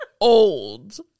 old